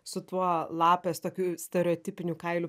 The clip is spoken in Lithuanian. su tuo lapės tokiu stereotipiniu kailiu